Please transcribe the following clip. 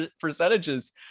percentages